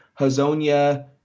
Hazonia